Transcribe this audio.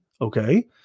okay